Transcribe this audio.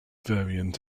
variant